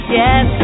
yes